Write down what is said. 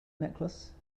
necklace